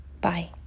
Bye